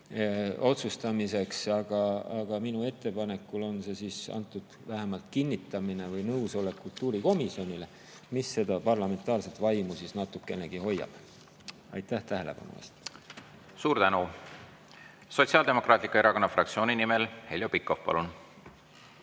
otsustamiseks, aga minu ettepanekul on see antud, vähemalt kinnitamine või nõusolek, kultuurikomisjonile, mis seda parlamentaarset vaimu natukenegi hoiab. Aitäh tähelepanu eest! Suur tänu! Sotsiaaldemokraatliku Erakonna fraktsiooni nimel Heljo Pikhof, palun!